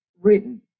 written